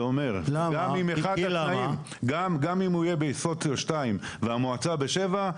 זה אומר שגם אם הוא יהיה בסוציו שתיים והמועצה בשבע,